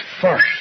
first